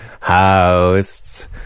hosts